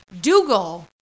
Dougal